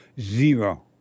Zero